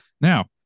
Now